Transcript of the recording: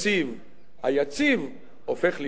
היציב הופך להיות יציב יותר.